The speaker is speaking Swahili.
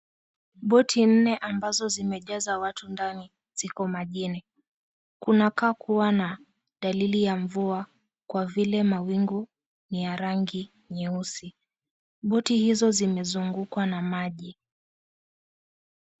Boti nne ambazo zimejaza watu ndani ziko majini. Kunakaa kuwa na dalili ya mvua kwa vile mawingu ni ya rangi nyeusi. Boti hizo zimezungukwa na maji.